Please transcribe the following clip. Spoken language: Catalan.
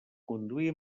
conduir